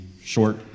short